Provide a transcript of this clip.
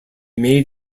made